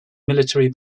military